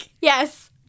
Yes